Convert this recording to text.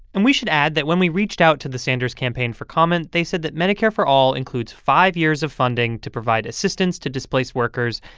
and we should add that when we reached out to the sanders campaign for comment, they said that medicare for all includes five years of funding to provide assistance to displaced workers,